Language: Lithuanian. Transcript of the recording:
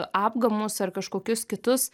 apgamus ar kažkokius kitus